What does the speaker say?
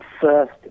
first